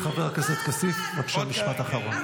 חבר הכנסת כסיף, בבקשה, משפט אחרון.